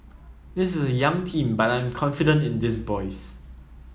this is a young team but I am confident in these boys